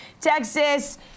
Texas